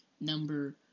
number